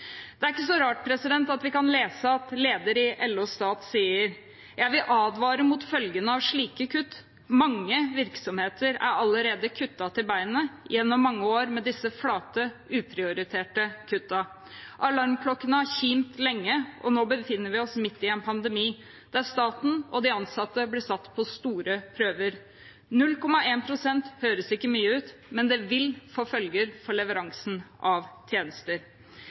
Det er ikke så rart at vi kan lese at lederen i LO Stat sier: «Jeg vil igjen advare mot følgene av slike kutt. Mange av virksomhetene er allerede kuttet ned til beinet gjennom mange år med disse flate, uprioriterte kuttene. Alarmklokkene har kimt lenge, og nå befinner vi oss midt i en pandemi, der staten og de ansatte blir satt på store prøver. 0,1 prosent høres ikke mye ut, men vil få følger for leveransen av tjenester.»